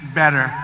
better